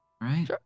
Right